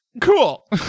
cool